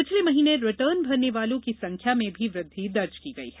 पिछले महीने रिटर्न भरने वालों की संख्या में भी वृद्धि दर्ज की गई है